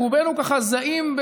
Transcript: רובנו ככה זעים,